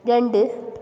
രണ്ട്